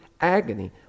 agony